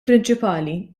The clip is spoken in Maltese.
prinċipali